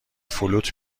فلوت